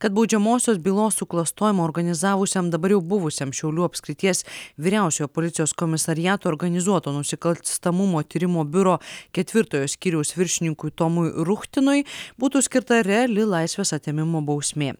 kad baudžiamosios bylos suklastojimą organizavusiam dabar jau buvusiam šiaulių apskrities vyriausiojo policijos komisariato organizuoto nusikalstamumo tyrimo biuro ketvirtojo skyriaus viršininkui tomui ruktinui būtų skirta reali laisvės atėmimo bausmė